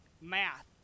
Math